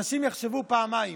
אנשים יחשבו פעמיים.